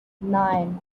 nine